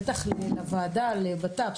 בטח לוועדה לבט"פ.